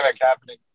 happening